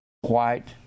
white